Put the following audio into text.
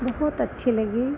बहुत अच्छी लगी